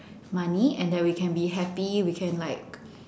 money and that we can be happy we can like